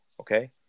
okay